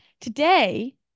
today